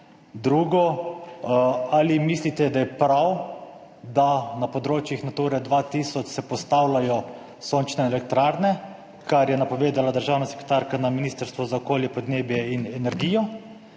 Drugo. Ali mislite, da je prav, da na področjih Nature 2000 se postavljajo sončne elektrarne, kar je napovedala državna sekretarka na Ministrstvu za okolje, podnebje in energijo.